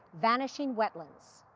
vanishing wetlands.